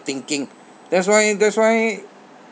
thinking that's why that's why